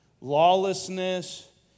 lawlessness